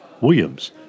Williams